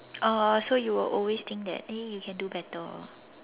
oh so you will always think that eh you can do better